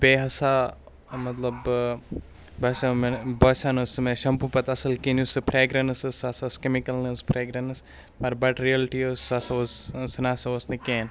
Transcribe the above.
بیٚیہِ ہَسا مطلب باسیو مےٚ باسیو نہٕ سُہ مےٚ شَمپوٗ پَتہٕ اَصٕل کِہیٖنۍ یُس سُہ فرٛیگرٮ۪نٕس ٲس سۄ ہَسا ٲس کیمِکَلَن ہٕنٛز فرٛیگرٛٮ۪نٕس مگر بَٹ رِیَلٹی ٲس سُہ ہَسا اوس سُہ نہ سا اوس نہٕ کِہیٖنۍ